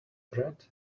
bred